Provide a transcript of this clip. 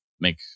make